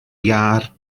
iâr